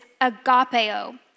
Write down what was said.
agapeo